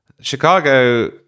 Chicago